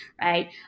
right